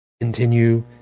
Continue